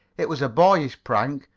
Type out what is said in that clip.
it was a boyish prank,